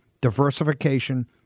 Diversification